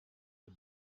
the